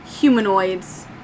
humanoids